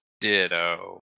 Ditto